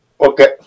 Okay